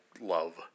love